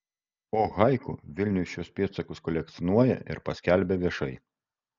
o haiku vilniui šiuos pėdsakus kolekcionuoja ir paskelbia viešai